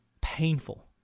painful